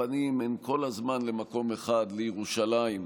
הפנים כל הזמן למקום אחד, לירושלים,